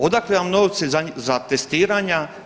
Odakle vam novci za testiranja?